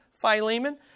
Philemon